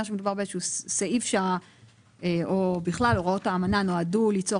שמדובר באיזשהו סעיף או בכלל הוראות האמנה נועדו ליצור